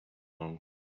long